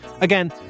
Again